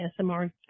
SMR